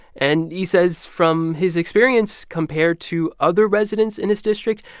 and he says from his experience, compared to other residents in his district,